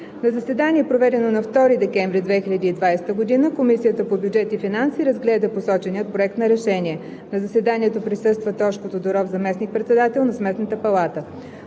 На заседание, проведено на 2 декември 2020 г., Комисията по бюджет и финанси разгледа посочения Проект на решение. На заседанието присъства Тошко Тодоров – заместник председател на Сметната палата.